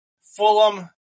Fulham